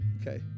okay